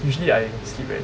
usually I sleep at